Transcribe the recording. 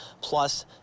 Plus